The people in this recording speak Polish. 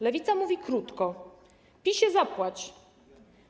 Lewica mówi krótko: PiS-ie, zapłać.